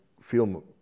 feel